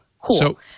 Cool